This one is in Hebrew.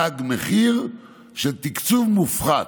תג מחיר של תקצוב מופחת,